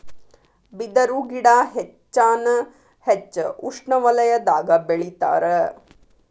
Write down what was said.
ಬಿದರು ಗಿಡಾ ಹೆಚ್ಚಾನ ಹೆಚ್ಚ ಉಷ್ಣವಲಯದಾಗ ಬೆಳಿತಾರ